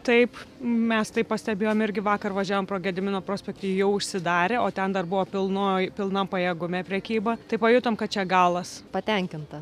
taip mes tai pastebėjome irgi vakar važiavome pro gedimino prospektą ji jau užsidarė o ten dar buvo pilnoj pilnam pajėgume prekyba tai pajutome kad čia galas patenkinta